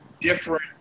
different